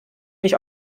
mich